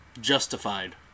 Justified